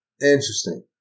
Interesting